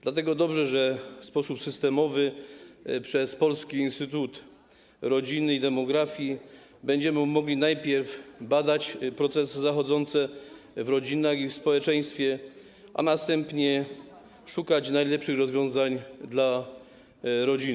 Dlatego dobrze, że w sposób systemowy, przez Polski Instytut Rodziny i Demografii będziemy mogli najpierw badać procesy zachodzące w rodzinach i w społeczeństwie, a następnie szukać rozwiązań najlepszych dla rodziny.